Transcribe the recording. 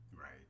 Right